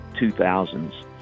2000s